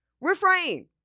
refrain